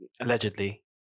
Allegedly